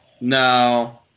No